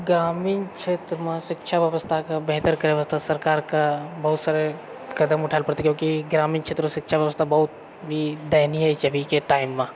ग्रामीण क्षेत्रमे शिक्षा व्यवस्थाके बेहतर करए वास्ते सरकारके बहुत सारे कदम उठाएलऽ पड़तै किआकि ग्रामीण क्षेत्रमे शिक्षा व्यवस्था बहुत ही दयनीय छै अभीके टाइममे